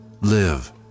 live